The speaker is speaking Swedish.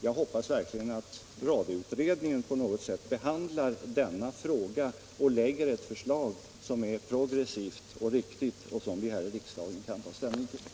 Jag hoppas verkligen att radioutredningen på något sätt behandlar denna fråga och lägger fram ett förslag som är progressivt och riktigt och som vi här i riksdagen kan ta ställning till.